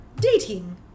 dating